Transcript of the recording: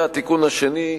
והתיקון השני,